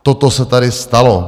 Toto se tady stalo.